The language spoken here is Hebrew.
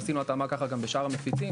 עשינו התאמה ככה גם בשאר המפיצים,